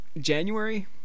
January